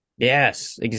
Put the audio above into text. Yes